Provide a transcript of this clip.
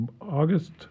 August